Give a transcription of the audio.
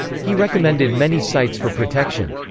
he recommended many sites for protection.